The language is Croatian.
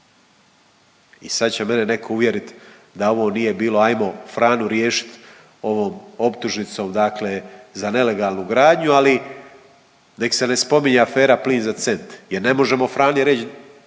I sad će mene netko uvjeriti da ovo nije bilo hajmo Franu riješiti ovom optužnicom dakle za nelegalnu gradnju, ali nek' se ne spominje afera „Plin za cent“ jer ne možemo Frani reći